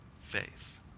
faith